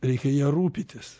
reikia ja rūpintis